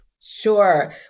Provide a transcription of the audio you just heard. Sure